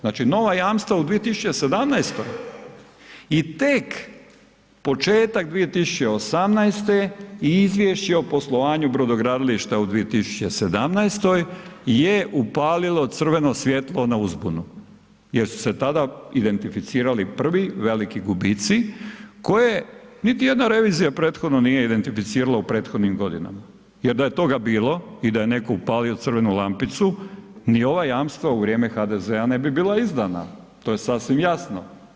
Znači nova jamstva u 2017. i tek početak 2018. izvješće o poslovanju brodogradilišta u 2017. je upalilo crveno svjetlo na uzbunu jer su se tada identificirali prvi veliki gubici koje niti jedna revizija prethodno nije identificirala u prethodnim godinama jer da je toga bilo i da je neko upalio crvenu lampicu ni ova jamstva u vrijeme HDZ-a ne bi bila izdana, to je sasvim jasno.